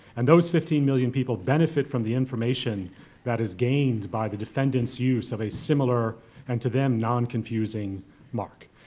and those fifteen million people benefit from the information that is gained by the defendant's use of a similar and, to them, non-confusing mark.